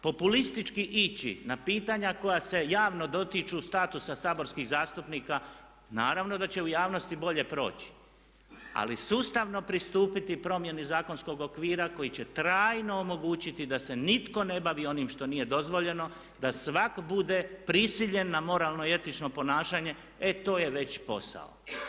Populistički ići na čitanja koja se javno dotiču statusa saborskih zastupnika naravno da će u javnosti bolje proći, ali sustavno pristupiti promjeni zakonskog okvira koji će trajno omogućiti da se nitko ne bavi onim što nije dozvoljeno, da svak bude prisiljen na moralno i etično ponašanje e to je već posao.